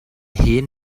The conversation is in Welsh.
hŷn